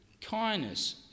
kindness